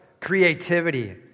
creativity